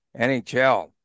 NHL